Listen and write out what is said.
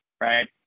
right